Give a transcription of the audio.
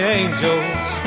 angels